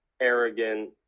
arrogant